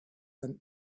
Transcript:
and